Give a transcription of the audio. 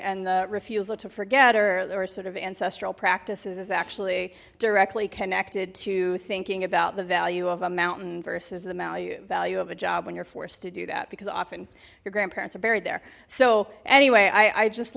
and the refusal to forget or sort of ancestral practices is actually directly connected to thinking about the value of a mountain versus the value value of a job when you're forced to do that because often your grandparents are buried there so anyway i just